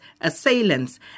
assailants